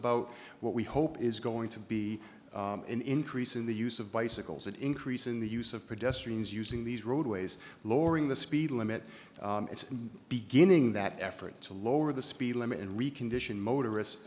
about what we hope is going to be an increase in the use of bicycles and increase in the use of pedestrians using these roadways lowering the speed limit it's beginning that effort to lower the speed limit and recondition motorists